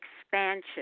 expansion